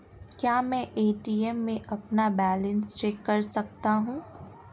क्या मैं ए.टी.एम में अपना बैलेंस चेक कर सकता हूँ?